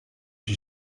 się